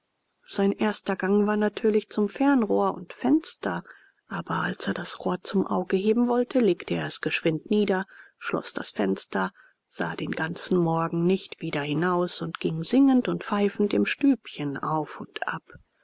sein erster gang war natürlich zum fernrohr und fenster aber als er das rohr zum auge heben wollte legte er es geschwind nieder schloß das fenster sah den ganzen morgen nicht wieder hinaus und ging singend und pfeifend im stübchen auf und ab